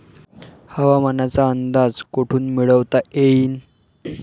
हवामानाचा अंदाज कोठून मिळवता येईन?